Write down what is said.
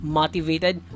motivated